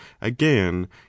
again